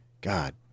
God